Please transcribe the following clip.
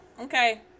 Okay